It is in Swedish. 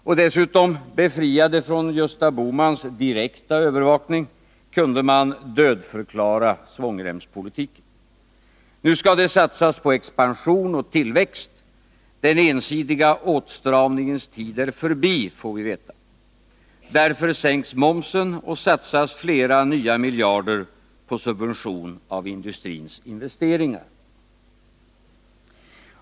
Och dessutom — befriad från Gösta Bohmans direkta övervakning kunde man dödförklara svångremspolitiken. Nu skall det satsas på expansion och tillväxt. Den ensidiga åtstramningens tid är förbi, får vi veta. Därför sänks momsen och satsas flera nya miljarder på subvention av industrins investeringar.